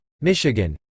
Michigan